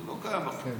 זה לא קיים בחוק.